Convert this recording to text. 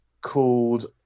called